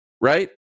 Right